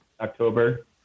October